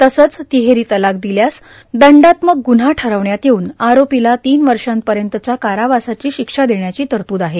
तसंच तिहेरी तलाक दिल्यास दंडात्मक ग्न्हा ठरवण्यात येऊन आरोपीला तीन वर्षापर्यंतचया कारावासाची शिक्षा देण्याची तरतूद आहे